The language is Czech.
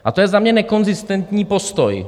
A to je za mě nekonzistentní postoj.